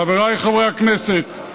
חבריי חברי הכנסת,